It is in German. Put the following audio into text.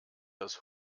dass